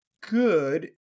good